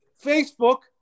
Facebook